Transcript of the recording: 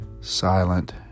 silent